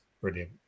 brilliant